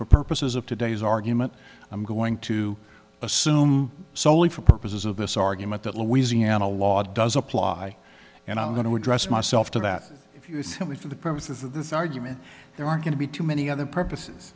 for purposes of today's argument i'm going to assume solely for purposes of this argument that louisiana law does apply and i'm going to address myself to that if you simply for the purposes of this argument there are going to be too many other purposes